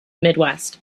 midwest